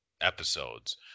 episodes